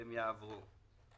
והם יעברו.